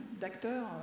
d'acteurs